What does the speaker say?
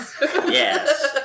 Yes